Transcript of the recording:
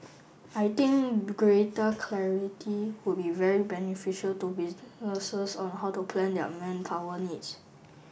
I think greater clarity would be very beneficial to businesses on how to plan their manpower needs